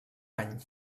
any